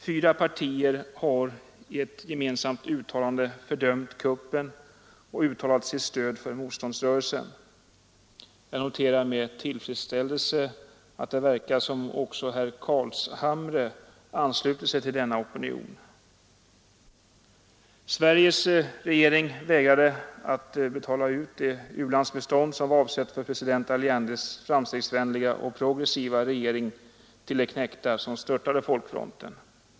Fyra partier har i ett gemensamt uttalande fördömt kuppen och uttalat sitt stöd för motståndsrörelsen. Jag noterar med tillfredsställelse att det verkar som om också herr Carlshamre ansluter sig till denna opinion. Sveriges regering vägrade betala ut det u-landsbistånd som var avsett för president Allendes framstegsvänliga och progressiva regering till de knektar som störtade folkfronten.